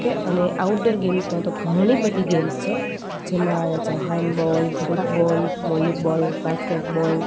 કે અને આઉટડોર ગેમ્સમાં પણ ઘણી બધી ગેમ્સ છે જેમાં આવે છે હૅન્ડબોલ ફૂટબોલ વોલીબોલ બાસ્કેટબોલ